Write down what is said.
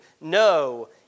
no